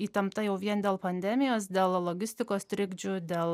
įtempta jau vien dėl pandemijos dėl logistikos trikdžių dėl